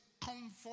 Comfort